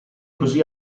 così